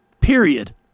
Period